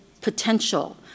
potential